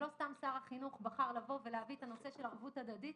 לא סתם שר החינוך בחר לבוא ולהביא את הנושא של ערבות הדדית